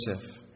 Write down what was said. Joseph